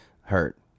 hurt